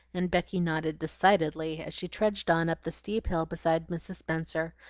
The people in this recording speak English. and becky nodded decidedly, as she trudged on up the steep hill beside mrs. spenser,